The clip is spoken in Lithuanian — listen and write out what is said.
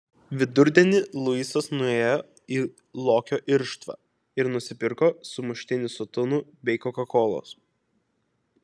vidurdienį luisas nuėjo į lokio irštvą ir nusipirko sumuštinį su tunu bei kokakolos